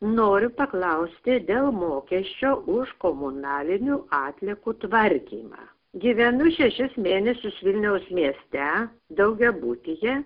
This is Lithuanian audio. noriu paklausti dėl mokesčio už komunalinių atliekų tvarkymą gyvenu šešis mėnesius vilniaus mieste daugiabutyje